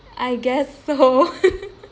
I guess so